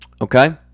okay